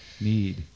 need